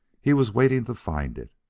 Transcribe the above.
he was waiting to find it.